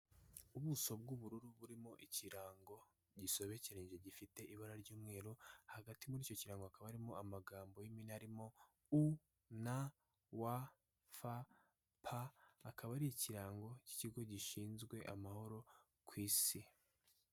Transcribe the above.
Ubuso bw'ubururu burimo ikirango gisobekeranye gifite ibara ry'umweru hagati muri icyo kirago akaba harimo amagambo y'imin arimo UNWFP akaba ari ikirango cy'ikigo gishinzwe amahoro ku isi.